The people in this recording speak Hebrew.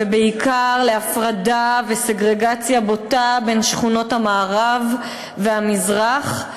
ובעיקר להפרדה וסגרגציה בוטה בין שכונות המערב למזרח.